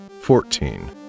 fourteen